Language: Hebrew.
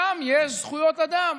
שם יש זכויות אדם.